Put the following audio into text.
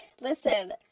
listen